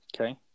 Okay